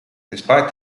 despite